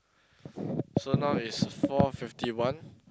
so now is four fifty one